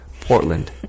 Portland